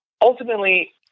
ultimately